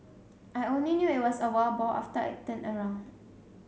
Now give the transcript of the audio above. I only knew it was a wild boar after I turned around